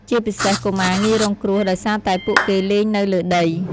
ជាពិសេស កុមារងាយរងគ្រោះដោយសារតែពួកគេលេងនៅលើដី។